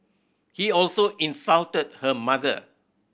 he also insulted her mother